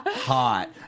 Hot